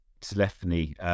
telephony